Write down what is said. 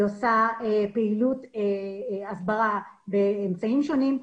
היא עושה פעילות הסברה באמצעים שונים,